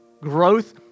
Growth